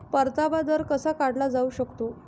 परतावा दर कसा काढला जाऊ शकतो?